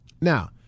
Now